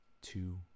two